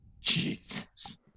Jesus